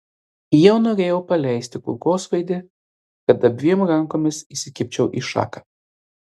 jau norėjau paleisti kulkosvaidį kad abiem rankomis įsikibčiau į šaką